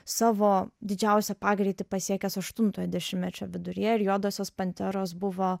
savo didžiausią pagreitį pasiekęs aštuntojo dešimtmečio viduryje ir juodosios panteros buvo